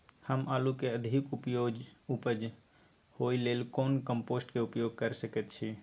हम आलू के अधिक उपज होय लेल कोन कम्पोस्ट के उपयोग कैर सकेत छी?